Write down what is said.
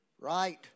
right